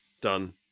done